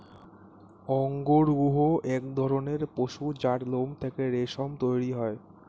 অঙ্গরূহ এক ধরণের পশু যার লোম থেকে রেশম তৈরি হয়